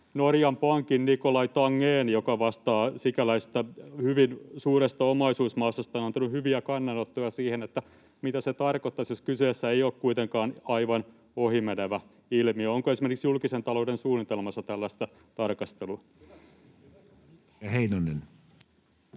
Norjan Pankin Nicolai Tangen, joka vastaa sikäläisestä hyvin suuresta omaisuusmassasta, on antanut hyviä kannanottoja siihen, mitä se tarkoittaisi, jos kyseessä ei ole kuitenkaan aivan ohimenevä ilmiö. Onko esimerkiksi julkisen talouden suunnitelmassa tällaista tarkastelua? Edustaja Heinonen.